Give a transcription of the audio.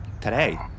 Today